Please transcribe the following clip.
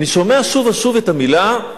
אני שומע שוב ושוב את המלה,